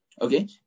Okay